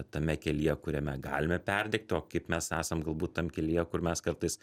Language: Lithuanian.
tame kelyje kuriame galime perdegti o kaip mes esam galbūt tam kelyje kur mes kartais